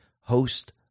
host